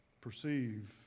perceive